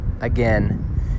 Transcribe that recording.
again